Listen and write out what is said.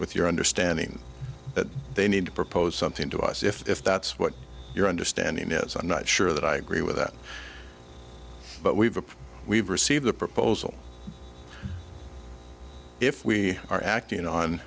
with your understanding that they need to propose something to us if that's what your understanding is i'm not sure that i agree with that but we've we've received a proposal if we are acting on